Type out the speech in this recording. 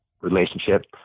relationship